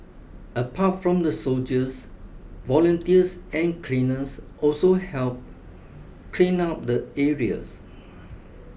apart from the soldiers volunteers and cleaners also helped clean up the areas